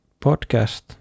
podcast